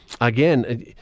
again